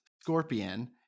scorpion